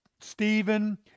Stephen